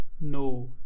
no